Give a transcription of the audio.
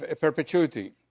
perpetuity